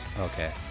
Okay